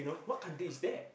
what country is that